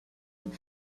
del